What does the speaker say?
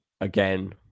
again